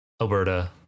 alberta